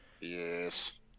Yes